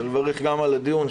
אני מברך גם על הדיון.